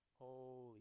holy